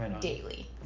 daily